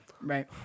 Right